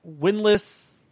winless